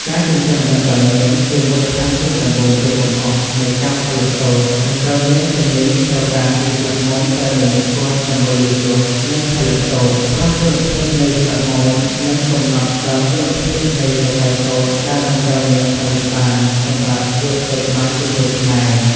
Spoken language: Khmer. ការចិញ្ចឹមដង្កូវនាង ជាមូលដ្ឋានគ្រឹះដំបូងគេបង្អស់នៃការផលិតសូត្រ ដង្កូវនាងទាំងនេះត្រូវការស៊ីស្លឹកមនតែមួយមុខគត់ដើម្បីលូតលាស់ និងផលិតសូត្រ ព្រោះគុណភាពនៃស្លឹកមននឹងកំណត់ដល់គុណភាពនៃសរសៃសូត្រដែលដង្កូវនាងផលិតបានសម្រាប់យកទៅត្បាញជាសូត្រខ្មែរ។